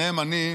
ובהם אני,